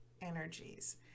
energies